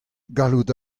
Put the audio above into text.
gallout